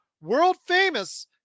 world-famous